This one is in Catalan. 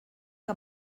que